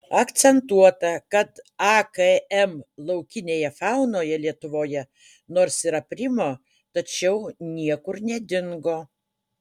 akcentuota kad akm laukinėje faunoje lietuvoje nors ir aprimo tačiau niekur nedingo